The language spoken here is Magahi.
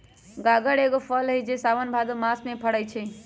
गागर एगो फल हइ जे साओन भादो मास में फरै छै